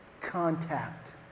contact